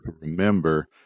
remember